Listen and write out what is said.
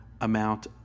amount